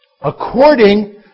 According